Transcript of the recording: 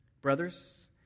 Brothers